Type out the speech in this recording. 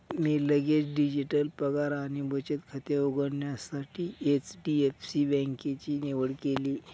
मी लगेच डिजिटल पगार आणि बचत खाते उघडण्यासाठी एच.डी.एफ.सी बँकेची निवड केली